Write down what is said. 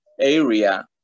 area